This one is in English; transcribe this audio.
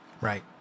Right